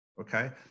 okay